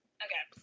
okay